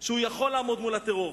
שהוא יכול לעמוד מול הטרור,